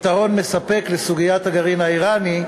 פתרון מספק לסוגיית הגרעין האיראני,